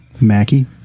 Mackie